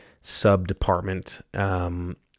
sub-department